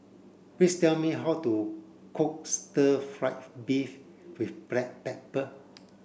please tell me how to cook stir fry beef with black pepper